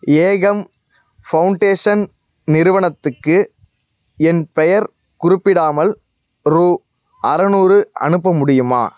ஏகம் foundation நிறுவனத்துக்கு என் பெயர் குறிப்பிடாமல் ரூபா அறநூறு அனுப்ப முடியுமா